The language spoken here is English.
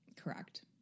Correct